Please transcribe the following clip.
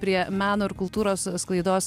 prie meno ir kultūros sklaidos